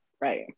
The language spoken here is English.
Right